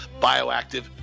bioactive